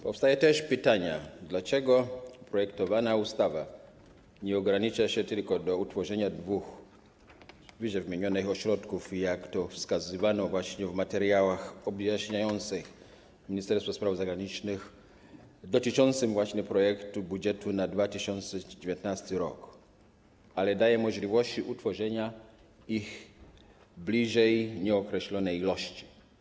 Powstają też pytania: Dlaczego projektowana ustawa nie ogranicza się tylko do utworzenia dwóch ww. ośrodków, jak to wskazywano w materiałach objaśniających Ministerstwa Spraw Zagranicznych dotyczących projektu budżetu na 2019 r., ale daje możliwości utworzenia ich bliżej nieokreślonej liczby?